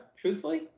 truthfully